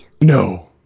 No